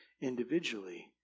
individually